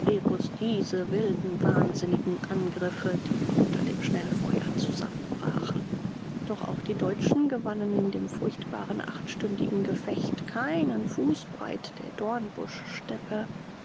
diese wilden wahnsinnigen angriffe die unter dem schnellfeuer zusammenbrachen doch auch die deutschen gewannen in dem furchtbaren achtstündigen gefecht keinen fußbreit der